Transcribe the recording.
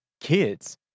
kids